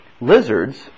Lizards